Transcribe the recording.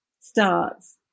starts